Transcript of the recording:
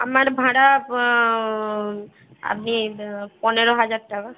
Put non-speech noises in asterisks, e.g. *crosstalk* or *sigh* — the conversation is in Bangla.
আমার ভাড়া *unintelligible* আগে *unintelligible* পনেরো হাজার টাকা